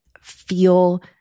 feel